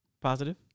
Positive